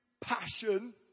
passion